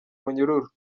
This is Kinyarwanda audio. munyururu